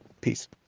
peace